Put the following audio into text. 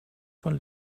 von